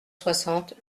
soixante